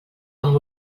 amb